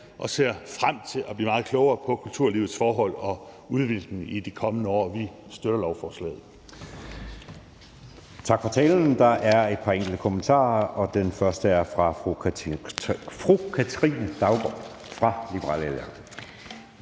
og ser frem til at blive meget klogere på kulturlivets forhold og udvikling i de kommende år. Vi støtter lovforslaget.